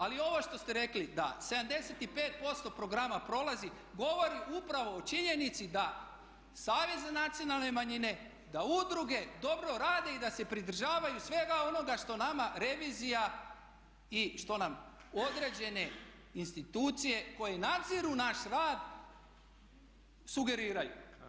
Ali ovo što ste rekli da 75% programa prolazi govori upravo o činjenici da Savjet za nacionalne manjine, da udruge dobro rade i da se pridržavaju svega onoga što nama revizija i što nam određene institucije koje nadziru naš rad sugeriraju.